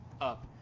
up